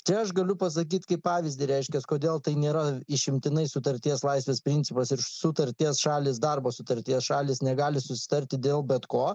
tai aš galiu pasakyt kaip pavyzdį reiškias kodėl tai nėra išimtinai sutarties laisvės principas ir sutarties šalys darbo sutarties šalys negali susitarti dėl bet ko